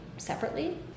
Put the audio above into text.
Separately